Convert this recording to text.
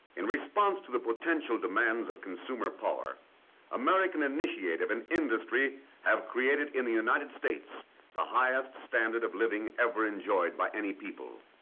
in response to the potential demands of consumer power american initiative of and industry have created in the united states the highest standard of living ever enjoyed by any people.